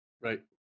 Right